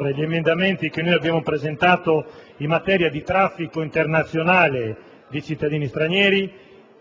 per gli emendamenti che abbiamo presentato in materia di traffico internazionale dei cittadini stranieri,